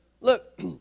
Look